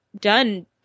done